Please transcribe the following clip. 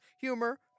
humor